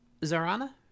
zarana